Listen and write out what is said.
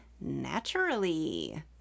naturally